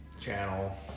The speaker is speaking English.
channel